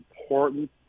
important